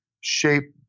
shape